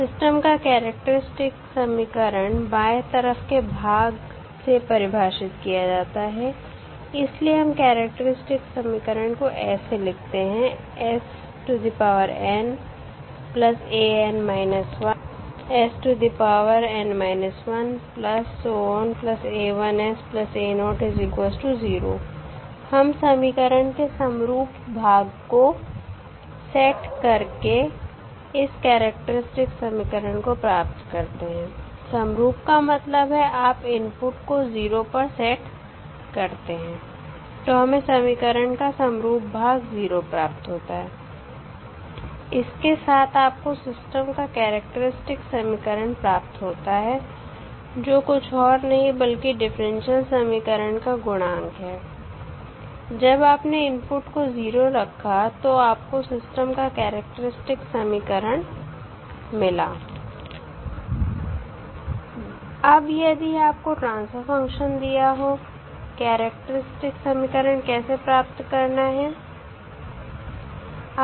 system का characteristic समीकरण बाएं तरफ के भाग से परिभाषित किया जाता है इसलिए हम कैरेक्टरिस्टिक समीकरण को ऐसे लिखते हैं हम समीकरण के समरूप भाग को सेट करके इस कैरेक्टरिस्टिक समीकरण को प्राप्त करते हैं समरूप का मतलब है आप इनपुट को 0 पर सेट करते हैं तो हमें समीकरण का समरूप भाग 0 प्राप्त होता है इसके साथ आपको सिस्टम का कैरेक्टरिस्टिक समीकरण प्राप्त होता है जो कुछ और नहीं बल्कि डिफरेंशियल समीकरण का गुणांक है जब आपने इनपुट को 0 रखा तो आपको सिस्टम का कैरेक्टरिस्टिक समीकरण मिला अब यदि आपको ट्रांसफर फंक्शन दिया हो कैरेक्टरिस्टिक समीकरण कैसे प्राप्त करना हैं